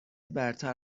برتر